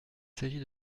s’agit